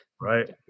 Right